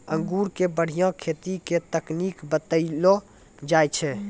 अंगूर के बढ़िया खेती के तकनीक बतइलो जाय छै